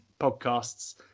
podcasts